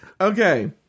Okay